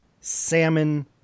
salmon